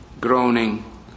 groaning